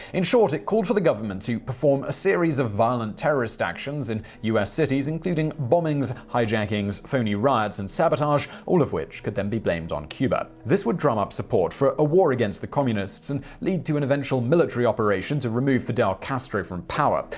in short, it called for the government to perform a series of violent terrorist actions in u s. cities including bombings, hijackings, phony riots, and sabotage, all of which could then be blamed on cuba. this would drum up support for a war against the communists and lead to an eventual military operation to remove fidel castro from power.